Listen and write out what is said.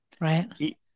right